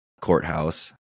Courthouse